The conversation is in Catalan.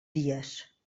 dies